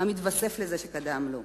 המתווסף לזה שקדם לו.